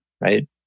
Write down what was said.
right